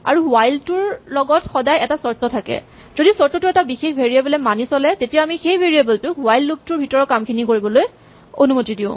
আৰু হুৱাইল টোৰ লগত সদায় এটা চৰ্ত থাকে যদি চৰ্তটো এটা বিশেষ ভেৰিয়েবল এ মানি চলে তেতিয়া আমি সেই ভেৰিয়েবল টোক হুৱাইল লুপ টোৰ ভিতৰৰ কামখিনি কৰিবলৈ অনুমতি দিওঁ